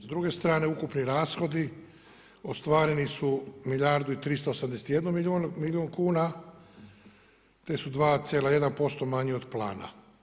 S druge strane ukupni rashodi ostvareni su milijardi i 381 milijun kuna te su 2,1% manji od plana.